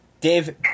Dave